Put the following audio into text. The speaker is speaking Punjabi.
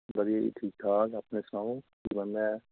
ਵਧੀਆ ਜੀ ਠੀਕ ਠਾਕ ਆਪਣੇ ਸੁਣਾਓ ਕੀ ਬਣ ਰਿਹਾ